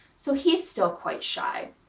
so he's still quite shy.